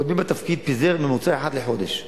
קודמי בתפקיד פיזר בממוצע אחת לחודש.